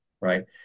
right